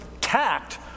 tact